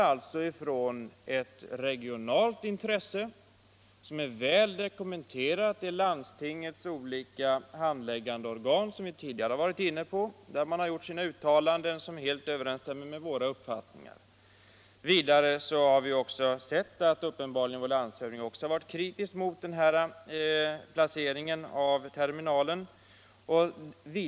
Vi utgår från ett regionalt intresse vilket, som vi tidigare varit inne på, är väl dokumenterat i landstingets olika handläggande organ, där man gjort uttalanden som helt överensstämmer med våra uppfattningar. Vidare har vår landshövding uppenbarligen varit kritisk mot den aktuella placeringen av terminalerna.